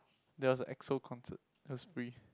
there was a Exo concert it was free